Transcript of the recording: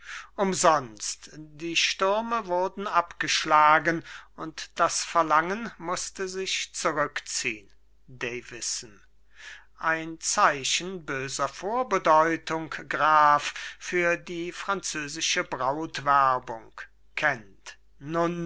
umsonst die stürme wurden abgeschlagen und das verlangen mußte sich zurückziehn davison ein zeichen böser vorbedeutung graf für die französische brautwerbung kent